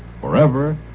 forever